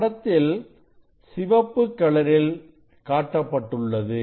படத்தில் சிவப்பு கலரில் காட்டப்பட்டுள்ளது